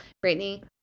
Brittany